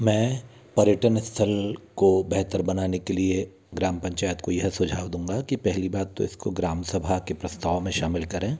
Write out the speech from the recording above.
मैं पर्यटन स्थल को बेहतर बनाने के लिए ग्राम पंचायत को यह सुझाव दूँगा कि पहली बात तो इसको ग्राम सभा के प्रस्ताव में शामिल करें